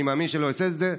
אני מאמין שלא אעשה את זה".